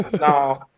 no